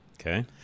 Okay